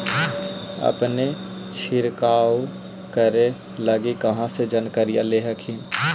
अपने छीरकाऔ करे लगी कहा से जानकारीया ले हखिन?